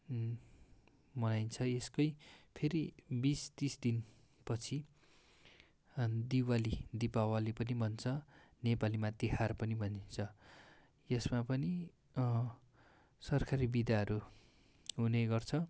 मनाइन्छ यसकै फेरि बिस तिस दिनपछि अनि दिवाली दिपावली पनि भन्छ नेपालीमा तिहार पनि भनिन्छ यसमा पनि सरकारी बिदाहरू हुने गर्छ